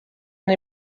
and